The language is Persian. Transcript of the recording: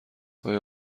آیا